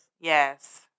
Yes